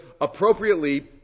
appropriately